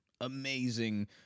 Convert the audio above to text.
amazing –